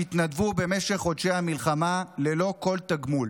שהתנדבו במשך חודשי המלחמה ללא כל תגמול.